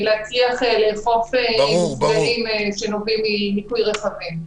להצליח לאכוף מפגעים שנובעים מניקוי רכבים.